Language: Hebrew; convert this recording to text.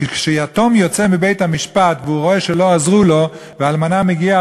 כשיתום יוצא מבית-המשפט והוא רואה שלא עזרו לו והאלמנה מגיעה,